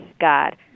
God